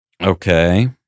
okay